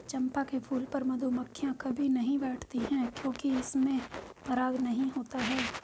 चंपा के फूल पर मधुमक्खियां कभी नहीं बैठती हैं क्योंकि इसमें पराग नहीं होता है